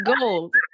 gold